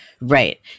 Right